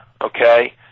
okay